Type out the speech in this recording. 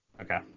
Okay